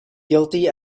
guilty